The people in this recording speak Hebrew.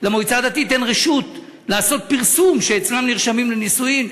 למועצה הדתית אין רשות לעשות פרסום שאצלם נרשמים לנישואים,